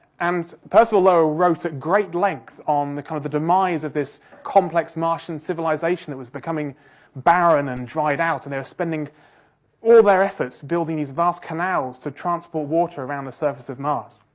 and percival lowell wrote at great length on kind of the demise of this complex martian civilisation that was becoming barren and dried out and they were spending all their efforts building these vast canals to transport water around the surface of mars.